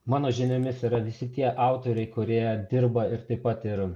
mano žiniomis yra visi tie autoriai kurie dirba ir taip pat ir